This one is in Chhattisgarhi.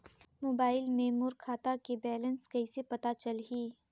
मोबाइल मे मोर खाता के बैलेंस कइसे पता चलही?